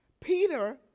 Peter